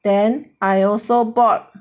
then I also bought